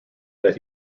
that